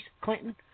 Clinton